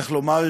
צריך לומר,